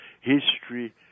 history